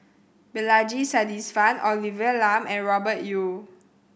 Balaji Sadasivan Olivia Lum and Robert Yeo